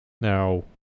now